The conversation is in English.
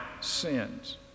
sins